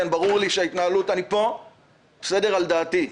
אני פה על דעתי.